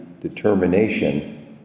determination